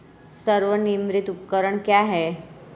स्वनिर्मित उपकरण क्या है?